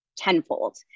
tenfold